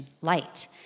light